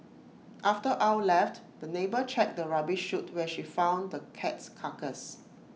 after Ow left the neighbour checked the rubbish chute where she found the cat's carcass